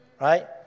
right